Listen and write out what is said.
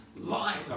lying